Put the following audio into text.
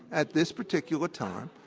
at this particular time,